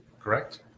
correct